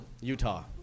Utah